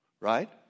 Right